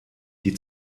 die